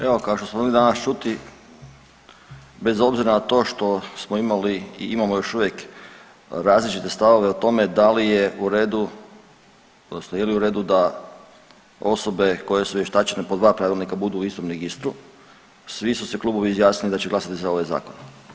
Evo kao što smo mogli danas čuti bez obzira na to što smo imali i imamo još uvijek različite stavove o tome da li je u redu odnosno je li u redu da osobe koje su vještačenje po dva pravilnika budu u istom registru, svi su se klubovi izjasnili da će glasati za ovaj zakon.